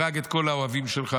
הרג את כל אוהבים שלך.